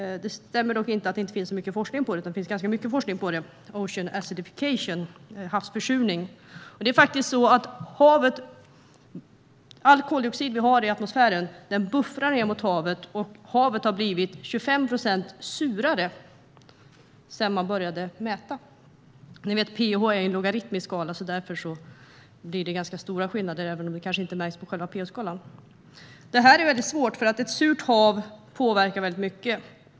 Det stämmer dock inte att det inte finns så mycket forskning om det, för det finns ganska mycket forskning om havsförsurning. Havet kan buffra koldioxiden i atmosfären, och havet har blivit 25 procent surare sedan man började mäta. pH är en logaritmisk skala, så därför blir det ganska stora skillnader även om det kanske inte märks på själva pH-skalan. Ett surt hav påverkar mycket.